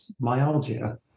myalgia